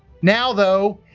now, though,